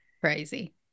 crazy